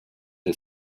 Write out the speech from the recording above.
the